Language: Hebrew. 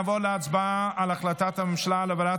נעבור להצבעה על החלטת הממשלה להעברת